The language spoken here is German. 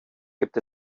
gibt